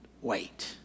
Wait